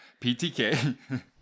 PTK